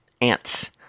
ants